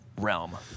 realm